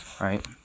right